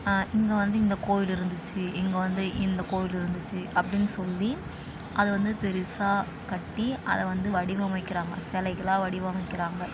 இங்கே வந்து இந்த கோயில் இருந்துச்சு இங்கே வந்து இந்த கோயில் இருந்துச்சு அப்படினு சொல்லி அது வந்து பெருசாக கட்டி அதை வந்து வடிவமைக்கிறாங்க சிலைகளா வடிவமைக்கிறாங்க